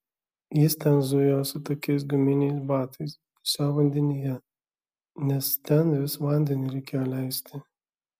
jis ten zujo su tokiais guminiais batais pusiau vandenyje nes ten vis vandenį reikėjo leisti